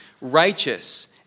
Righteous